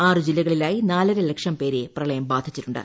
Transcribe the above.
ആറു ജില്ലകളിലായി നാലരലക്ഷം പേരെ പ്രളയം ബാധിച്ചിട്ടുണ്ട്